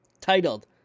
Titled